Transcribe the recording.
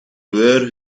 were